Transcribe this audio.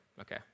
okay